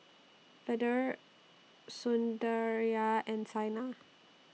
Vedre Sundaraiah and Saina